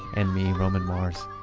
and me, roman mars,